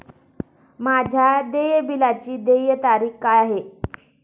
माझ्या देय बिलाची देय तारीख काय आहे?